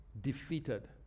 defeated